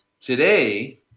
Today